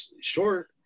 short